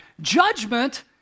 Judgment